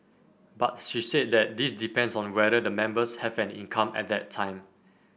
but she said that this depends on whether the members have an income at that time